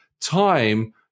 time